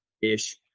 ish